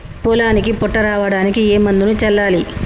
పొలానికి పొట్ట రావడానికి ఏ మందును చల్లాలి?